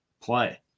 play